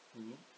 mmhmm